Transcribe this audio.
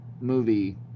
movie